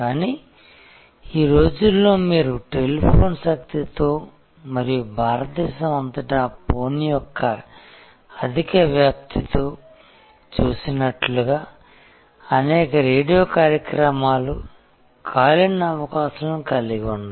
కానీ ఈ రోజుల్లో మీరు టెలిఫోన్ శక్తితో మరియు భారతదేశం అంతటా ఫోన్ యొక్క అధిక వ్యాప్తితో చూసినట్లుగా అనేక రేడియో కార్యక్రమాలు కాల్ ఇన్ అవకాశాలను కలిగి ఉన్నాయి